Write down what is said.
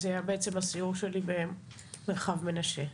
זה היה בעצם הסיור שלי במרחב מנשה.